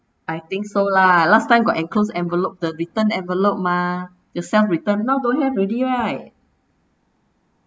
I think so lah last time got enclosed envelope the written envelope mah yourself return now don't have already right